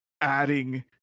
adding